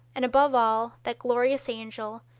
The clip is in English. and above all, that glorious angel,